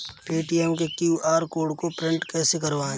Paytm के QR code को print कैसे करवाएँ?